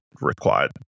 required